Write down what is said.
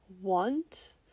want